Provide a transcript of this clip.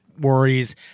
worries